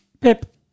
Pip